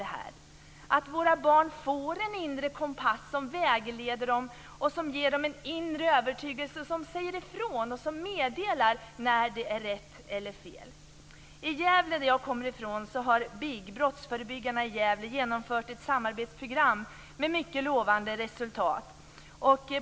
Det handlar om att våra barn skall få en inre kompass som vägleder dem och ger dem en inre övertygelse och som säger ifrån och meddelar när det är rätt eller fel. I Gävle, som jag kommer ifrån, har BIG, brottsförebyggarna i Gävle, genomfört ett samarbetsprogram med mycket lovande resultat.